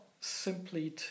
simply